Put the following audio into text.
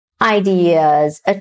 ideas